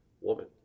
Woman